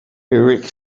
erik